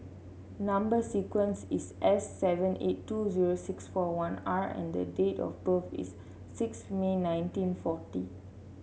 number sequence is S seven eight two zero six four one R and date of birth is six May nineteen forty